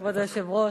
כבוד היושב-ראש,